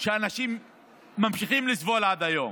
אנשים ממשיכים לסבול עד היום.